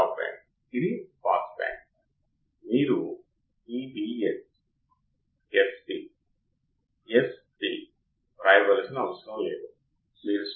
చాలా చిన్నది ఇది మీరు ఇక్కడ చూసే కరెంట్ కాదు ఇది 10 6నుండి 10 14 యంపీయర్లు క్రమం చాలా చిన్నది సరియైనది